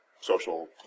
social